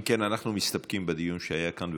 אם כן, אנחנו מסתפקים בדיון שהיה כאן.